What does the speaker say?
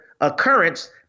occurrence